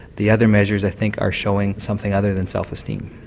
the other measures i think are showing something other than self-esteem.